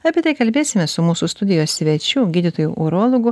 apie tai kalbėsime su mūsų studijos svečiu gydytoju urologu